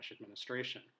administration